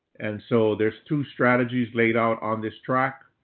and so there's two strategies laid out on this track.